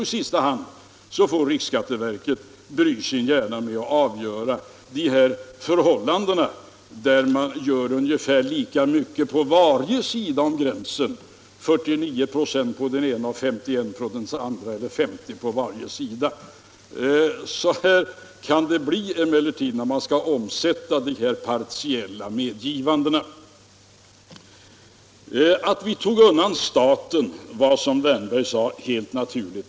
I sista hand får experterna i riksskatteverket bry sina hjärnor med att avgöra hur debiteringen skall utformas i de fall där arbetet bedrivs ungefär i lika stor utsträckning på vardera sidan om gränsen —- 49 96 på den ena och 51 96 på den andra eller 50 926 på vardera sidan. Så kan det emellertid bli när man skall omsätta dessa partiella medgivanden i praktiken. Att vi undantog staten var, som herr Wärnberg sade, helt naturligt.